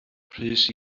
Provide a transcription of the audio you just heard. rhys